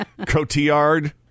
Cotillard